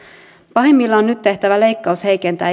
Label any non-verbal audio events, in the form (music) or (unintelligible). pahimmillaan nyt tehtävä leikkaus heikentää (unintelligible)